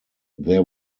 there